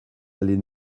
allez